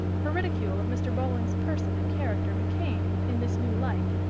her ridicule of mr. bowling's person and character became, in this new light,